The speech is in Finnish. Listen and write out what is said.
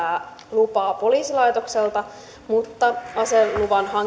lupaa myöskin poliisilaitokselta mutta aseluvan